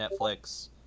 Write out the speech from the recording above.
Netflix –